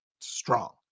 strong